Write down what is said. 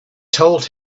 told